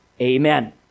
Amen